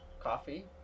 Coffee